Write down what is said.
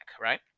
right